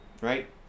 right